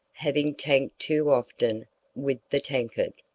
having tanked too often with the tankard.